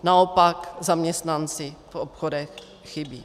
Naopak zaměstnanci v obchodech chybí.